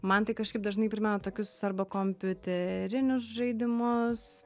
man tai kažkaip dažnai primena tokius arba kompiuterinius žaidimus